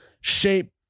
shape